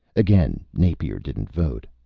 again, napier didn't vote.